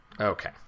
Okay